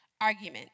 Argument